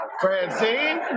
Francine